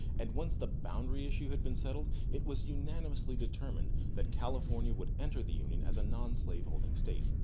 and once the boundary issue had been settled it was unanimously determined that california would enter the union as a non-slaveholding state.